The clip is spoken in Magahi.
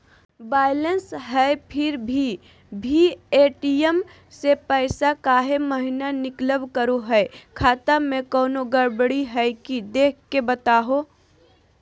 बायलेंस है फिर भी भी ए.टी.एम से पैसा काहे महिना निकलब करो है, खाता में कोनो गड़बड़ी है की देख के बताहों?